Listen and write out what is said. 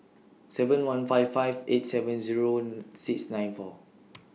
seven one five five eight seven Zero and six nine four